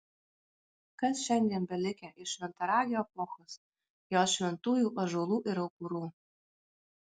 kas šiandien belikę iš šventaragio epochos jos šventųjų ąžuolų ir aukurų